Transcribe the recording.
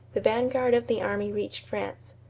the vanguard of the army reached france.